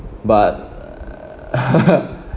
but